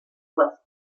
was